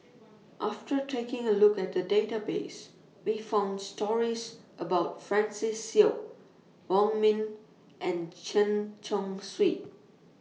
after taking A Look At The Database We found stories about Francis Seow Wong Ming and Chen Chong Swee